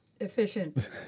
efficient